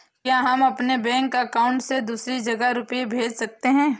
क्या हम अपने बैंक अकाउंट से दूसरी जगह रुपये भेज सकते हैं?